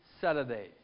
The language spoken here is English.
Saturday